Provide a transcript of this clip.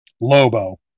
Lobo